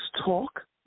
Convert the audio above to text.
talk